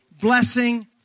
blessing